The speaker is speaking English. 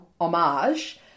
homage